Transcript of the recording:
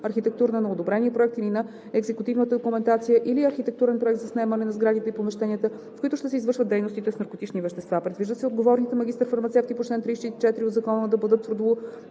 „архитектурна“ на одобрения проект или на екзекутивната документация или архитектурен проект-заснемане на сградите и помещенията, в които ще се извършват дейности с наркотични вещества. Предвижда се отговорните магистър-фармацевти по чл. 34 от ЗКНВП да бъдат в трудово